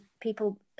people